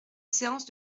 séance